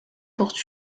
porte